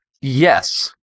yes